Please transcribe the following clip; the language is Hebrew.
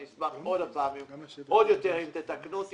אני אשמח עוד יותר אם תתקנו אותי.